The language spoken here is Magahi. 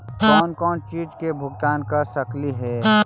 कौन कौन चिज के भुगतान कर सकली हे?